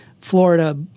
Florida